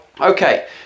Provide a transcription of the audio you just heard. Okay